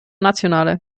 nationale